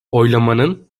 oylamanın